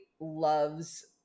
loves